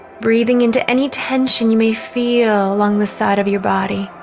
breathing into any tension you may feel along the side of your body